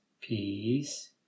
Peace